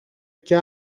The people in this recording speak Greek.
και